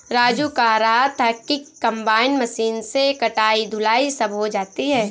राजू कह रहा था कि कंबाइन मशीन से कटाई धुलाई सब हो जाती है